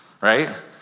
right